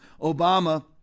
Obama